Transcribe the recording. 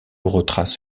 retrace